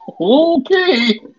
Okay